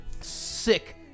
Sick